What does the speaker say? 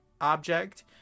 object